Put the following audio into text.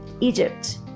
Egypt